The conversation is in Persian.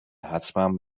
حتمن